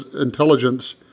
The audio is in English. intelligence